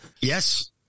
Yes